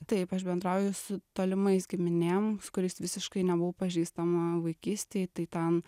taip aš bendrauju su tolimais giminėm su kuriais visiškai nebuvau pažįstama vaikystėj tai ten